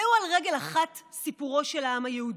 זהו על רגל אחת סיפורו של העם היהודי.